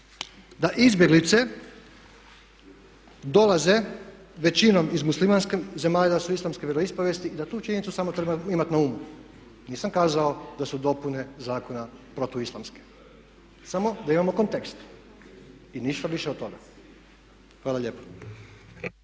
da izbjeglice dolaze većinom iz muslimanskih zemalja, da su islamske vjeroispovijesti i da tu činjenicu samo treba imati na umu. Nisam kazao da su dopune zakona protuislamske. Samo da imamo kontekst i ništa više od toga. Hvala lijepa.